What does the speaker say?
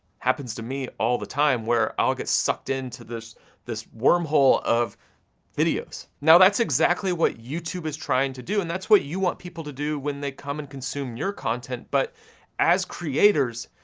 happens to me all the time, where i'll get sucked into this this wormhole of videos. now that's exactly what youtube is trying to do, and that's what you want people to do when they come and consume your content, but as creators,